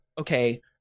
okay